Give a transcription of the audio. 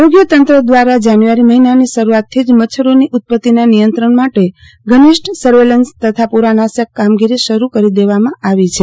આરોગ્ય તંત્ર દ્વારા જાન્યુઆરી મહિનાની શરૂઆતથી જ મચ્છરોની ઉત્પત્તિના નિયંત્રણ માટે ઘનિષ્ઠ સર્વેલન્સ તથા પોરાનાશક કામગીરી શરૂ કરી દેવામાં આવી છે